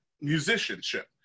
musicianship